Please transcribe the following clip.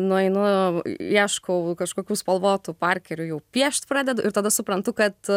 nueinu ieškau kažkokių spalvotų parkerių jau piešt pradedu ir tada suprantu kad